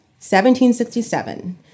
1767